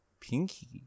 Pinky